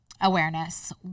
awareness